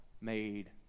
made